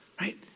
right